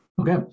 Okay